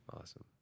awesome